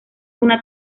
una